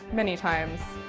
many times.